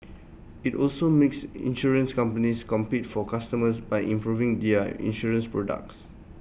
IT also makes insurance companies compete for customers by improving their insurance products